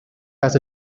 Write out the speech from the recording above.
has